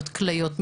כליות,